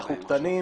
אנחנו קטנים.